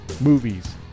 Movies